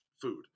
food